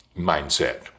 mindset